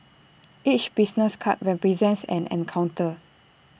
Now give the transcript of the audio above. each business card represents an encounter